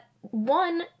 one